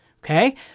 Okay